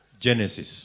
Genesis